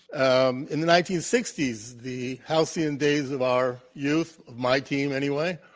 um in the nineteen sixty s, the halcyon days of our youth my team anyway